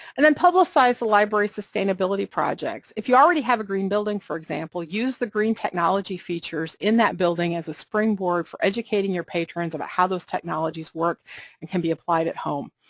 and then publicize the library sustainability projects, if you already have a green building, for example, use the green technology features in that building as a springboard for educating your patrons about how those technologies work and can be applied at home,